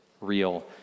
real